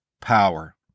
power